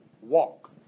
walk